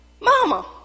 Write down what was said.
mama